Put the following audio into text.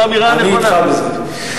אני אתך בזה.